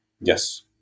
Yes